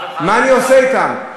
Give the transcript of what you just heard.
מה אני עושה אתם?